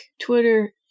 Twitter